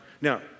Now